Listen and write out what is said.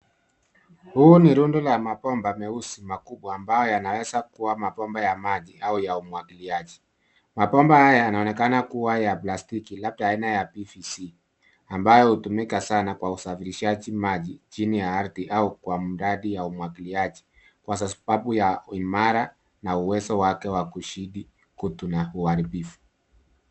Huu ni rundo la mabomba meusi makubwa ambayo yanaweza kuwa mabomba ya maji au umwagiliaji. Mabomba haya yanaonekana kuwa ya plastiki labda ya aina ya PVC ambayo hutumika sana kwa usafirishaji maji chini wa ardhi au kwa mradi ya umwagiliaji kwa sababu ya imara na uwezo wake wa kuzidi kutu na uharibifu.